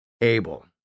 Abel